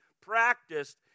practiced